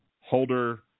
Holder